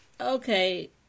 okay